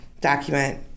document